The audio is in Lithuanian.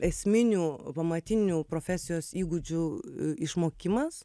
esminių pamatinių profesijos įgūdžių išmokimas